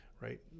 right